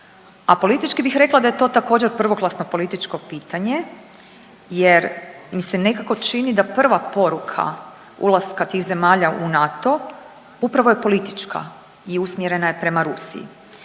A politički bih rekla da je to također prvoklasno političko pitanje jer mi se nekako čini da prva poruka ulaska tih zemlja u NATO upravo je politička i usmjerena je prema Rusiji.